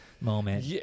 moment